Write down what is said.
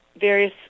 various